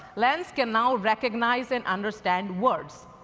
lens can now recognize and understand words.